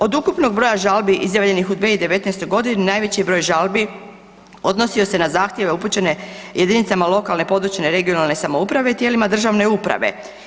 Od ukupnog broja žalbi izjavljenih u 2019.g. najveći je broj žalbi odnosi se na zahtjeve upućene jedinicama lokalne, područne (regionalne) samouprave i tijelima državne uprave.